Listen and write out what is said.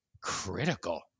critical